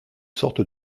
sorte